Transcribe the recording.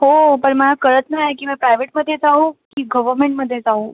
हो पण मला कळत नाही की मी प्रायवेटमध्ये जाऊ की गव्हमेंटमध्ये जाऊ